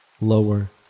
Lower